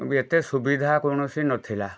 ଏତେ ସୁବିଧା କୌଣସି ନଥିଲା